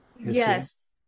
Yes